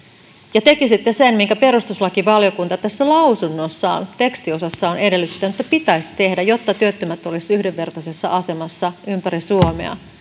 ja tekisitte sen minkä perustuslakivaliokunta tässä lausunnossaan tekstiosassaan edellyttää että pitäisi tehdä jotta työttömät olisivat yhdenvertaisessa asemassa ympäri suomea